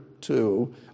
two